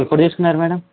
ఎప్పుడు తీసుకున్నారు మేడం